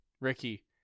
Ricky